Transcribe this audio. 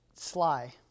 Sly